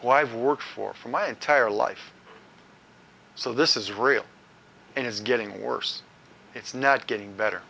i've worked for for my entire life so this is real and it's getting worse it's not getting better